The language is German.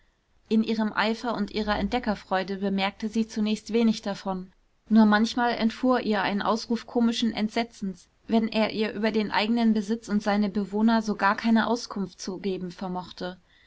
in ihrem eifer und ihrer entdeckerfreude bemerkte sie zunächst wenig davon nur manchmal entfuhr ihr ein ausruf komischen entsetzens wenn er ihr über den eigenen besitz und seine bewohner so gar keine auskunft zu geben vermochte